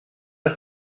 ist